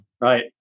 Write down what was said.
Right